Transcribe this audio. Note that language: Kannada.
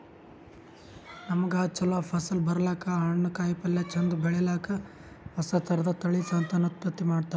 ನಮ್ಗ್ ಛಲೋ ಫಸಲ್ ಬರ್ಲಕ್ಕ್, ಹಣ್ಣ್, ಕಾಯಿಪಲ್ಯ ಚಂದ್ ಬೆಳಿಲಿಕ್ಕ್ ಹೊಸ ಥರದ್ ತಳಿ ಸಂತಾನೋತ್ಪತ್ತಿ ಮಾಡ್ತರ್